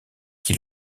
qui